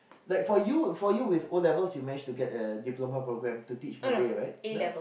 like for you for you with O-levels you manage to get a diploma program to teach Malay right yeah